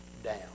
down